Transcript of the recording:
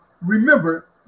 remember